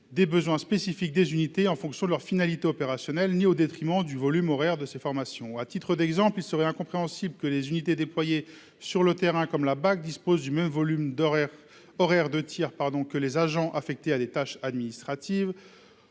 des besoins spécifiques des unités en fonction de leur finalité opérationnelle ou du volume horaire de ces formations. À titre d'exemple, il serait incompréhensible que les unités déployées sur le terrain comme la brigade anti-criminalité (BAC) disposent du même volume horaire de tir que les agents affectés à des tâches administratives,